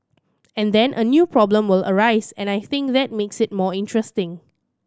and then a new problem will arise and I think that makes it more interesting